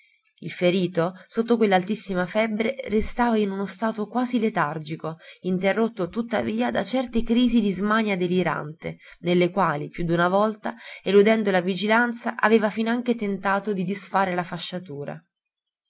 il ferito sotto quell'altissima febbre restava in uno stato quasi letargico interrotto tuttavia da certe crisi di smania delirante nelle quali più d'una volta eludendo la vigilanza aveva finanche tentato di disfare la fasciatura